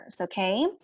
okay